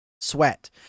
sweat